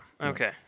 okay